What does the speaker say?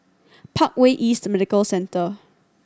Parkway East Medical Centre